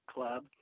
Club